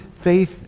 faith